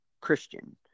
Christian